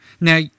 now